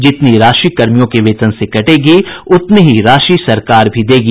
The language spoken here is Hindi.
जितनी राशि कर्मियों के वेतन से कटेगी उतनी ही राशि सरकार भी देगी